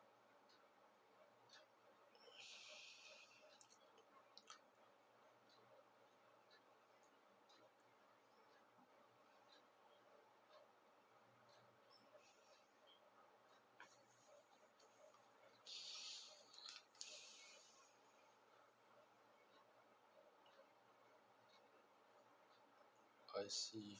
I see